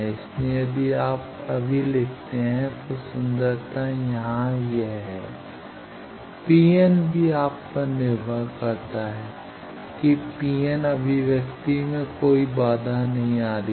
इसलिए यदि आप अभी लिखते हैं तो सुंदरता यहां है Pn भी आप पर निर्भर करते हैं कि Pn अभिव्यक्ति में कोई बाधा नहीं आ रही है